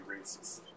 racist